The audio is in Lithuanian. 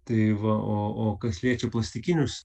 tai va o o kas liečia plastikinius